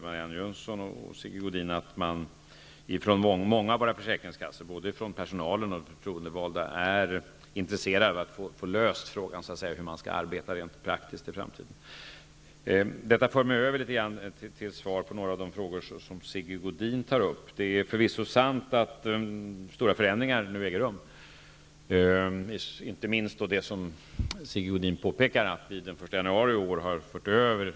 Marianne Jönsson och Sigge Godin vet att såväl personalen på många av våra försäkringskassor som förtroendevalda är intresserade av att få en lösning på frågan om hur man rent praktiskt skall arbeta i framtiden. Detta föranleder mig att ge svar på några av de frågor som Sigge Godin ställer. Det är förvisso sant att stora förändringar nu äger rum. Inte minst handlar det om den förändring som gäller fr.o.m. den 1 januari i år, något som Sigge Godin också pekar på.